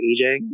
EJ